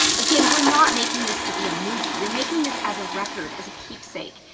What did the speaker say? again, we're not making this to be a movie. you're making this as a record, as a keepsake.